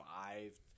five